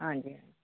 ਹਾਂਜੀ